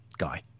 guy